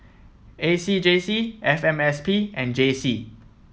A C J C F M S P and J C